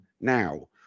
now